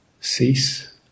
cease